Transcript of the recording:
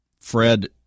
Fred